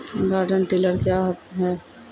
Garden tiller क्या हैं?